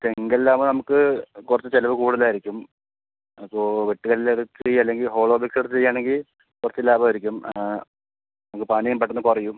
ചെങ്കല്ലാകുമ്പോൾ നമുക്ക് കുറച്ച് ചിലവ് കൂടുതലായിരിക്കും അപ്പോൾ വെട്ടുകല്ലെടുത്ത് അല്ലെങ്കിൽ ഹോളോബ്രിക്സ് എടുത്ത് ചെയ്യുകയാണെങ്കിൽ കുറച്ച് ലാഭമായിരിക്കും നമുക്ക് പണിയും പെട്ടെന്ന് കുറയും